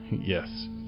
yes